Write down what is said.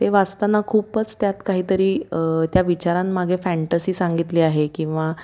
ते वाचताना खूपच त्यात काही तरी त्या विचारांमागे फॅन्टसी सांगितली आहे किंवा